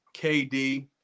KD